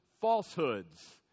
falsehoods